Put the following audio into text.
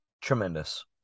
tremendous